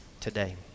today